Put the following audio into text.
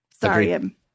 Sorry